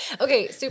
Okay